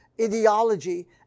ideology